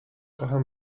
kocham